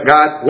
God